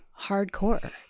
hardcore